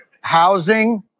Housing